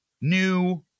new